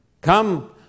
Come